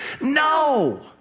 No